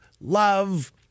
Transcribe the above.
love